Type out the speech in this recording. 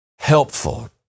helpful